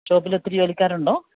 ഷോപ്പിൽ ഒത്തിരി ജോലിക്കാരുണ്ടോ